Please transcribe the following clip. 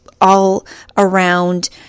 all-around